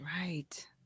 Right